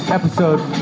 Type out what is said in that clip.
episode